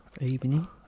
Evening